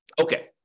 Okay